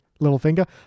Littlefinger